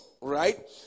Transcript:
right